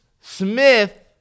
Smith